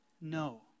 no